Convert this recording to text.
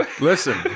listen